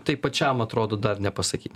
tai pačiam atrodo dar nepasakyta